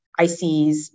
ICs